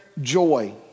joy